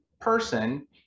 person